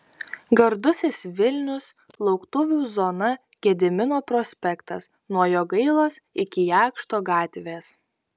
gardusis vilnius lauktuvių zona gedimino prospektas nuo jogailos iki jakšto gatvės